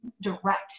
direct